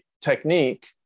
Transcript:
technique